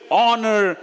honor